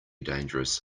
dangerous